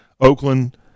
Oakland